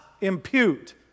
impute